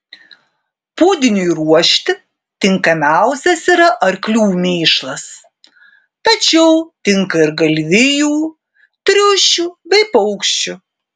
pūdiniui ruošti tinkamiausias yra arklių mėšlas tačiau tinka ir galvijų triušių bei paukščių